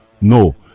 no